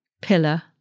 pillar